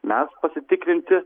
mes pasitikrinti